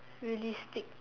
realistic